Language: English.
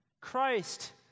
Christ